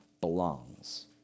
belongs